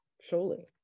surely